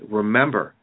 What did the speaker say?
remember